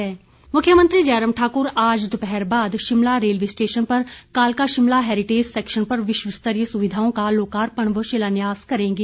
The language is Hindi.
कालका शिमला हैरिटेज मुख्यमंत्री जयराम ठाकुर आज दोपहर बाद शिमला रेलवे स्टेशन पर कालका शिमला हैरिटेज सेक्शन पर विश्वस्तरीय सुविधाओं का लोकार्पण व शिलान्यास करेंगे